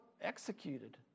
executed